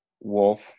Wolf